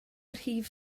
rhif